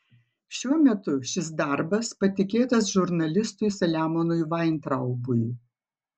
šiuo metu šis darbas patikėtas žurnalistui saliamonui vaintraubui